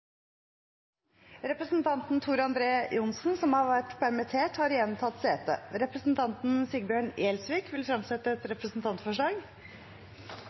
Representanten Tor André Johnsen , som har vært permittert, har igjen tatt sete. Representanten Sigbjørn Gjelsvik vil fremsette et representantforslag.